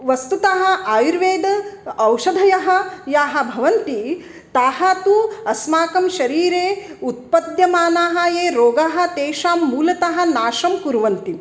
वस्तुतः आयुर्वेद औषधयः याः भवन्ति ताः तु अस्माकं शरीरे उत्पद्यमानाः ये रोगाः तेषां मूलतः नाशं कुर्वन्ति